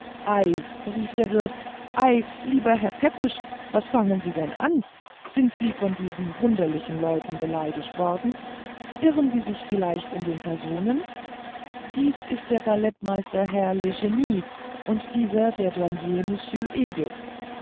rief der wirt ei lieber herr pepusch was fangen sie denn an sind sie von diesen wunderlichen leuten beleidigt worden irren sie sich vielleicht in den personen dies ist der ballettmeister herr legnie und dieser der douanier monsieur egel